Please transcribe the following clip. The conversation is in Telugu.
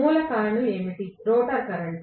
మూల కారణం ఏమిటి రోటర్ కరెంట్